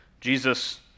Jesus